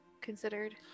considered